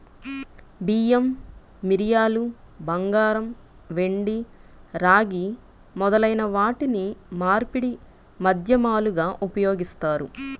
బియ్యం, మిరియాలు, బంగారం, వెండి, రాగి మొదలైన వాటిని మార్పిడి మాధ్యమాలుగా ఉపయోగిస్తారు